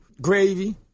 gravy